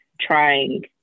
trying